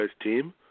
team